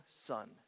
son